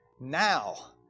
now